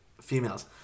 females